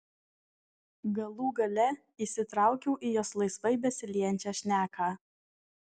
galų gale įsitraukiau į jos laisvai besiliejančią šneką